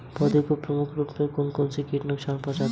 पौधों को प्रमुख रूप से कौन कौन से कीट नुकसान पहुंचाते हैं?